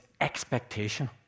expectation